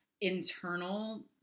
internal